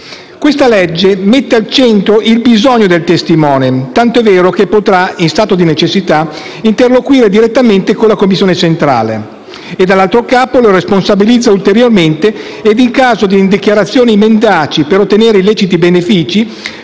un lato mette al centro il bisogno del testimone, tant'è vero che in stato di necessità potrà interloquire direttamente con la commissione centrale; dall'altro lato lo responsabilizza ulteriormente: in caso di dichiarazioni mendaci per ottenere illeciti benefici